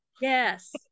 Yes